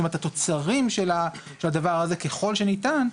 התוצרים של הדבר הזה ככל שניתן,